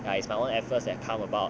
ya it's my own efforts and come about